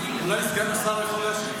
מציגה את עמדת הממשלה?